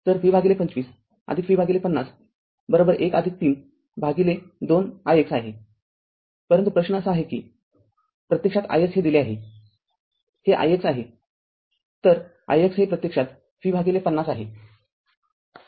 तर V २५ V५० १३ भागिले २ r ix आहे परंतु प्रश्न असा आहे की प्रत्यक्षात ix हे दिले आहे हे r ix आहे तर ix हे प्रत्यक्षात r V ५० आहे